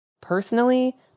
Personally